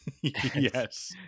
Yes